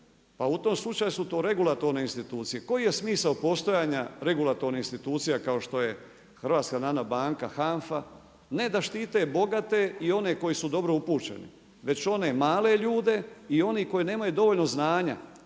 Pa u tom slučaju su to regulatorne institucije. Koji je smisao postojanja regulatornih institucija kao što je HNB, HANFA? Ne da štite bogate i one koji su dobro upućeni, već one male ljude i oni koji nemaju dovoljno znanja